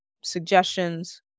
suggestions